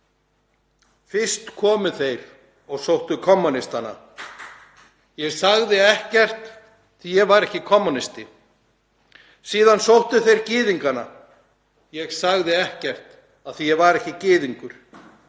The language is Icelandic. Fyrst komu þeir og sóttu kommúnistana. Ég sagði ekkert því að ég var ekki kommúnisti. Síðan sóttu þeir gyðingana. Ég sagði ekkert af því að ég var ekki gyðingur.